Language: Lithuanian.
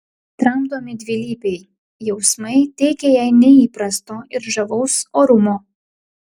tramdomi dvilypiai jausmai teikia jai neįprasto ir žavaus orumo